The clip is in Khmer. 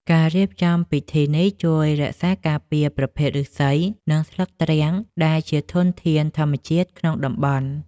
ការរៀបចំពិធីនេះជួយរក្សាការពារប្រភេទឫស្សី និងស្លឹកទ្រាំងដែលជាធនធានធម្មជាតិក្នុងតំបន់។